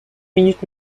minutes